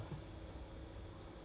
how about those lactose free milk